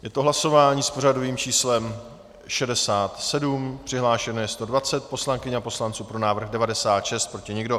Je to hlasování s pořadovým číslem 67, přihlášeno je 120 poslankyň a poslanců, pro návrh 96, proti nikdo.